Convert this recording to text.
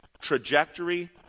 trajectory